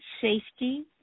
safety